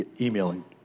emailing